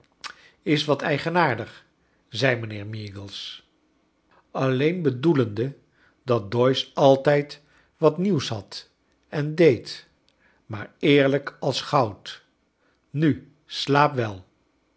is wat eige naar dig zei mijnheer meag es all en bedcocharles dickens lende dat doyce altijd wat nieuws had en deed maar eerlijk als goud nu slaap wel